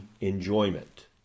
enjoyment